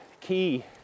key